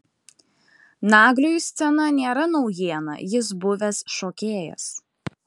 nagliui scena nėra naujiena jis buvęs šokėjas